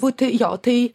būti jo tai